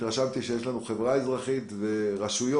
התרשמתי שיש לנו חברה אזרחית ורשויות